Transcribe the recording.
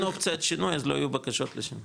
אופציית שינוי אז לא יהיו בקשות לשינוי,